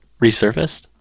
resurfaced